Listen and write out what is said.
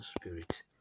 spirit